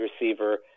receiver